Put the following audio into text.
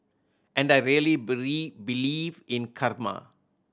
and I really believe in karma